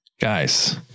Guys